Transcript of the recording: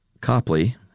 Copley